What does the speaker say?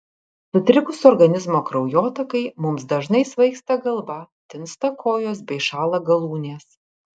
sutrikus organizmo kraujotakai mums dažnai svaigsta galva tinsta kojos bei šąla galūnės